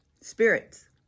Spirits